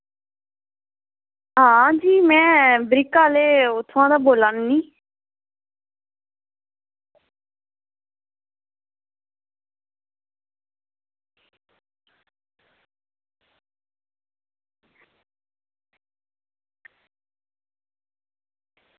हां जी में ब्रिक आह्ले उत्थुआं दा गै बोला करनी